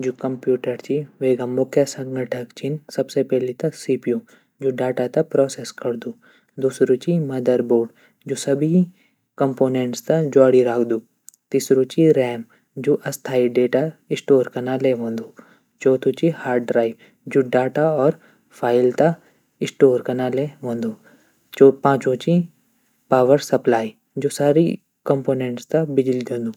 जू कंप्यूटर ची वेगा मुख्य संघटक छीन सबसे पैली त सीपीयू जू डाटा त प्रोसेस करदू दूसरू ची मदरबोर्ड जू सभी कंपोनेंटस त ज्वॉडी राखदू तीसरू ची रैम जू अस्थायी डेटा स्टोर कना ले वंदु चौथू ची हार्ड्राइव जू डाटा और फाइल त स्टोर कना ले वंदु पाँचवु ची पॉवर सप्लाई जू सारी कॉम्पोनेंट्स त बिजली ड्योंदू।